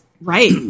Right